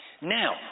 Now